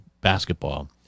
basketball